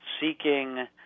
seeking